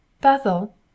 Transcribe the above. Bethel